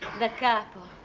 the castle.